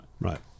Right